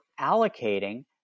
allocating